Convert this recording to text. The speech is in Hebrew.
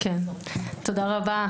תודה רבה,